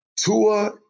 Tua